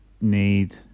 need